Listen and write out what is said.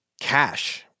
cash